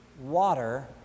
water